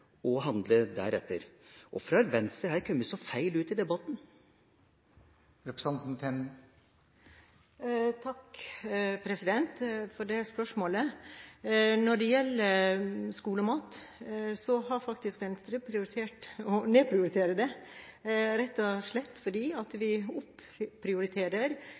og handler deretter. Hvorfor har Venstre har kommet så feil ut i debatten? Takk for det spørsmålet. Når det gjelder skolemat, har faktisk Venstre prioritert å nedprioritere det, rett og slett fordi vi